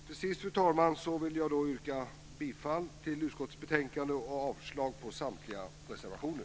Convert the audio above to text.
Till sist, fru talman, vill jag yrka bifall till utskottets förslag och avslag på samtliga reservationer.